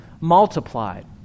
multiplied